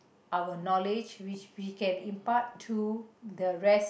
our knowledge which we can impart to the rest